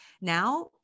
now